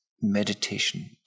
meditation